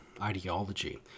ideology